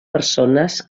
persones